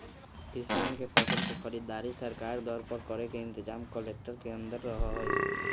किसान के फसल के खरीदारी सरकारी दर पर करे के इनतजाम कलेक्टर के अंदर रहा हई